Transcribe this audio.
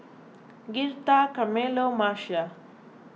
Girtha Carmelo Marcia